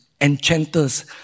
enchanters